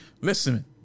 Listen